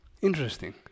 Interesting